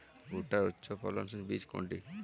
ভূট্টার উচ্চফলনশীল বীজ কোনটি?